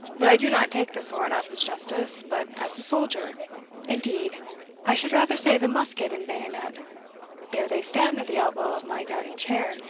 but i do not take the sword up as justice, but as a soldier indeed i should rather say the musket and bayonet there they stand at the elbow of my gouty chair,